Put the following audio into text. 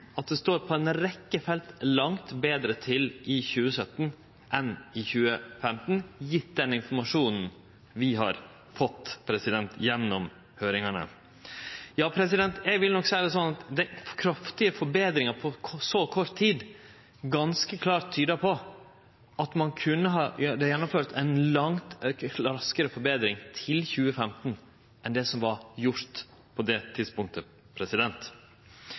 rekkje felt står langt betre til i 2017 enn i 2015, gjeve den informasjonen vi har fått gjennom høyringane. Eg vil nok seie det sånn at kraftige forbetringar på så kort tid ganske klart tyder på at ein kunne ha gjennomført ei langt raskare forbetring fram til 2015 enn det som var gjort på det tidspunktet.